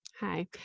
Hi